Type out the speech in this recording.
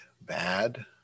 bad